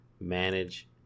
manage